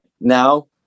now